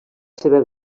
seva